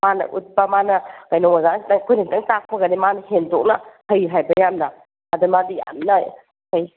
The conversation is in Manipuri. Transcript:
ꯃꯥꯅ ꯎꯠꯄ ꯃꯥꯅ ꯀꯩꯅꯣ ꯗꯥꯟꯁꯇꯣ ꯑꯩꯈꯣꯏꯅ ꯈꯤꯇꯪ ꯇꯥꯛꯄꯒꯅꯦ ꯃꯥꯅ ꯍꯦꯟꯗꯣꯛꯅ ꯍꯩ ꯍꯥꯏꯕ ꯌꯥꯝꯅ ꯑꯗ ꯃꯥꯗꯤ ꯌꯥꯝꯅ ꯍꯩ